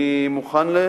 אני מוכן.